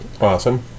Awesome